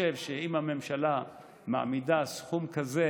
אני חושב שאם הממשלה מעמידה סכום כזה,